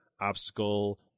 obstacle